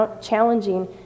challenging